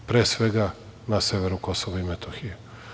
Pre svega na severu Kosova i Metohije.